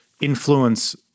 Influence